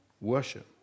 worship